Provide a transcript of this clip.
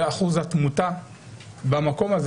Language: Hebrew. ואחוז התמותה במקום הזה,